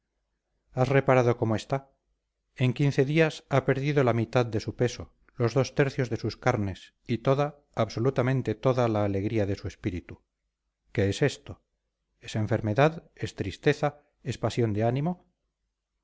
has reparado cómo está en quince días ha perdido la mitad de su peso los dos tercios de sus carnes y toda absolutamente toda la alegría de su espíritu qué es esto es enfermedad es tristeza es pasión de ánimo